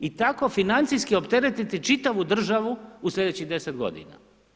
I tako financijski opteretiti čitavu državu u sljedećih 10 godina.